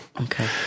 Okay